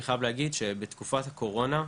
אני חייב להגיד שבתקופת הקורונה,